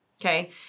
okay